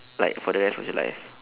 like for the rest of your life